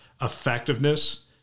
effectiveness